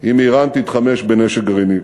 אם איראן תתחמש בנשק גרעיני.